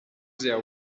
their